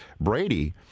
Brady